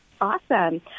Awesome